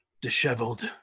disheveled